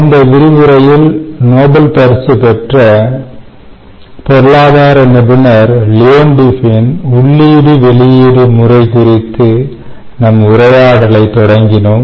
கடந்த விரிவுரையில் நோபல் பரிசு பெற்ற பொருளாதார நிபுணர் Leontiefன் உள்ளீடு வெளியீடு முறை குறித்து நம் உரையாடலை தொடங்கினோம்